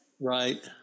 Right